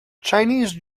chinese